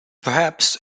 perhaps